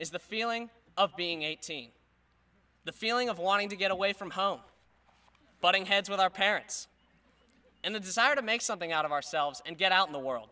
is the feeling of being eighteen the feeling of wanting to get away from home butting heads with our parents and the desire to make something out of ourselves and get out in the world